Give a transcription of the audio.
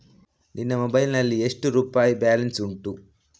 ನಿನ್ನ ಮೊಬೈಲ್ ನಲ್ಲಿ ಎಷ್ಟು ರುಪಾಯಿ ಬ್ಯಾಲೆನ್ಸ್ ಉಂಟು?